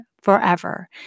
forever